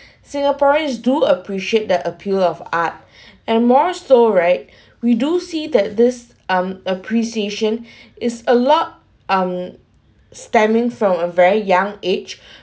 singaporeans do appreciate that appeal of art and more so right we do see that this um appreciation is a lot um stemming from a very young age